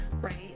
right